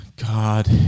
God